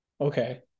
Okay